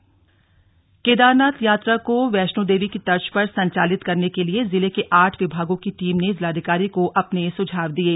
सुझाव रुद्रप्रयाग केदारनाथ यात्रा को वैष्णों देवी की तर्ज पर संचालित करने के लिए जिले के आठ विभागों की टीम ने जिलाधिकारी को अपने सुझाव दिये